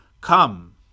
Come